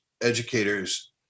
educators